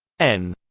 n